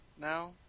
now